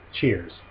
Cheers